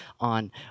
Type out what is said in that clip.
on